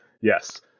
Yes